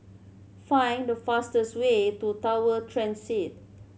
find the fastest way to Tower Transit